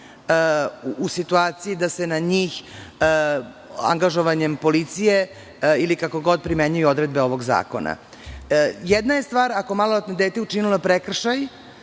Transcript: u situaciji da se na njih angažovanjem policije ili kako god primenjuju odredbe ovog zakona. Jedna je stvar ako je maloletno dete učinilo neki prekršaj,